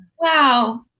Wow